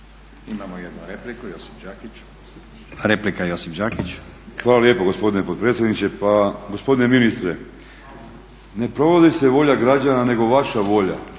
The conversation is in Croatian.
Imamo repliku, Josip Đakić. **Đakić, Josip (HDZ)** Hvala lijepo gospodine potpredsjedniče. Pa gospodine ministre, ne provodi se volja građana nego vaša volja,